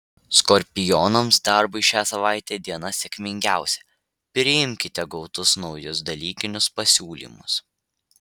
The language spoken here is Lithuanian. skorpionams darbui šią savaitę diena sėkmingiausia priimkite gautus naujus dalykinius pasiūlymus